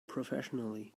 professionally